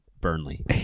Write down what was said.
Burnley